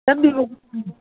ma'am ನೀವು